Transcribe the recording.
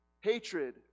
Hatred